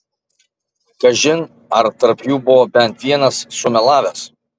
kažin ar tarp jų buvo bent vienas sumelavęs